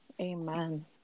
Amen